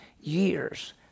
years